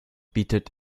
bietet